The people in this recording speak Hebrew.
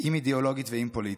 עם אידיאולוגית ואם פוליטית.